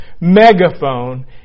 megaphone